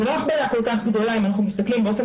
זו לא הכבדה כל כך גדולה אם אנחנו מתסכלים באופן